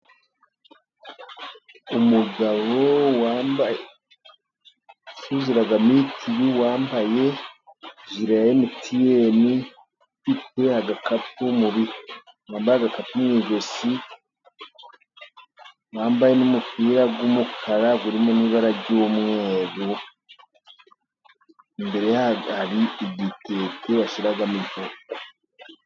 umugabo ucuruza mituyu, wambaye jire ya mtn ufite agakapu, wambaye mu ijosi, wambaye n'umupira w'umukara urimo n'ibara ry'umweru, imbere ye hari igitete ashyiramo ibyo